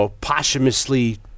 posthumously